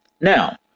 Now